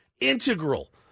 integral